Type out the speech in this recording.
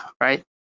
right